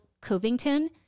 Covington